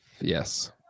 yes